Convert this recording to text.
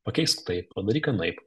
pakeisk tai padaryk anaip